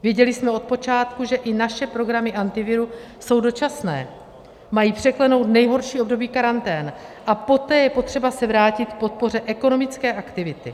Věděli jsme od počátku, že i naše programy Antiviru, jsou dočasné, mají překlenout nejhorší období karantén a poté je potřeba se vrátit k podpoře ekonomické aktivity.